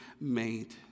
made